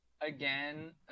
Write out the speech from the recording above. Again